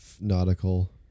nautical